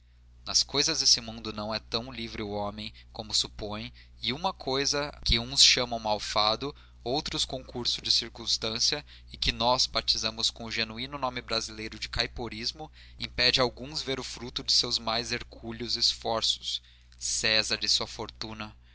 nas coisas deste mundo não é tão livre o homem como supõe e uma coisa a que uns chamam mau fado outros concurso de circunstâncias e que nós batizamos com o genuíno nome brasileiro de caiporismo impede a alguns ver o fruto de seus mais hercúleos esforços césar e sua fortuna